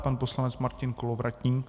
Pan poslanec Martin Kolovratník?